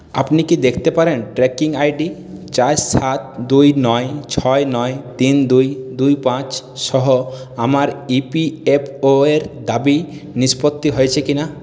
আপনি কি দেখতে পারেন ট্র্যাকিং আইডি চার সাত দুই নয় ছয় নয় তিন দুই দুই পাঁচ সহ আমার ইপিএফওর দাবি নিষ্পত্তি হয়েছে কিনা